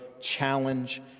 challenge